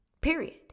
period